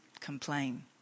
complain